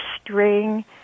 string